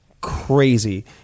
crazy